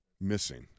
missing